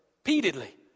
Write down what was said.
repeatedly